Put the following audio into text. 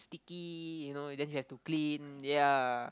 sticky you know then you have to clean yea